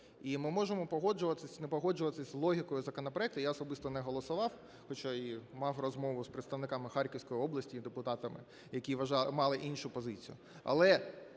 І ми можемо погоджуватися чи не погоджуватись з логікою законопроекту, я особисто не голосував, хоча і мав розмову з представниками Харківської області і депутатами, які мали іншу позицію,